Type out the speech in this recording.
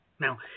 Now